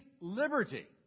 liberty